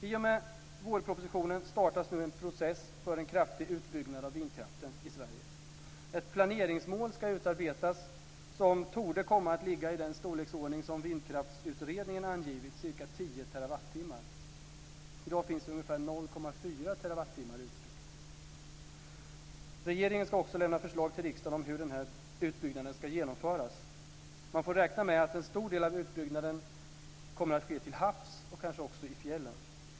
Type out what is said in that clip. I och med vårpropositionen startas nu en process för en kraftig utbyggnad av vindkraften i Sverige. Ett planeringsmål ska utarbetas som torde komma att vara i den storleksordning som dag finns det ungefär 0,4 terawattimmar utbyggt. Regeringen ska också lämna förslag till riksdagen om hur den här utbyggnaden ska genomföras. Man får räkna med att en stor del av utbyggnaden kommer att ske till havs och kanske också i fjällen.